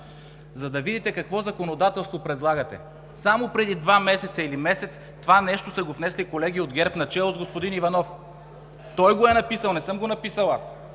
За да видите какво законодателство предлагате. Само преди два месеца или месец това нещо сте го внесли колеги от ГЕРБ, начело с господин Иванов. Той го е написал, не съм го написал аз.